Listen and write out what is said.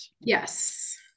Yes